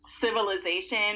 civilization